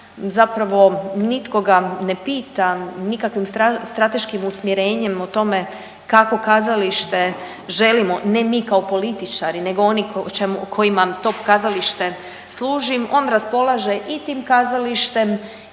zapravo nitko ga ne pita nikakvim strateškim usmjerenjem o tome kakvo kazalište želimo, ne mi kao političari nego oni o čemu, kojima to kazalište služi. On raspolaže i tim kazalištem